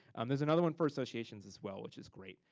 there's another one for associations as well which is great.